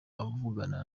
avugana